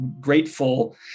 grateful